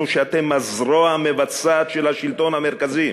שאתם הזרוע המבצעת של השלטון המרכזי,